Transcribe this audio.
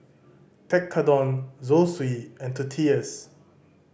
Tekkadon Zosui and Tortillas